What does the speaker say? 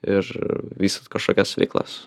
ir vystyt kažkokias veiklas